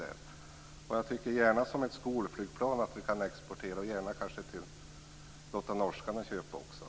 Men låt oss gärna exportera JAS som skolflygplan. Vi kan även låta norrmännen få köpa det.